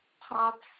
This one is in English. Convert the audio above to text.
Pops